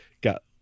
got